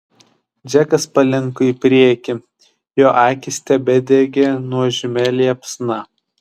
džekas palinko į priekį jo akys tebedegė nuožmia liepsna